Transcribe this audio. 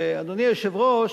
ואדוני היושב-ראש,